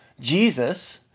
Jesus